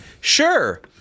Sure